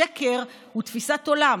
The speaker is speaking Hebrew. שקר הוא תפיסת עולם,